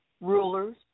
Rulers